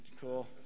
cool